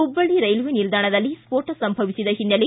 Hubballi railway ನಿಲ್ದಾಣದಲ್ಲಿ ಸ್ಫೋಟ ಸಂಭವಿಸಿದ ಹಿನ್ನೆಲೆ